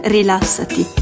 Rilassati